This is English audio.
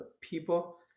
people